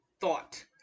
thought